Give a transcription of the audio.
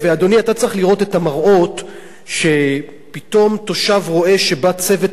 אתה צריך לראות את המראות שפתאום תושב רואה שבא צוות כריתה